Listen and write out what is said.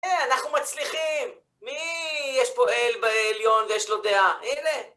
אה, אנחנו מצליחים! מי יש פועל בעליון ויש לו דעה? הנה!